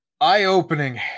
eye-opening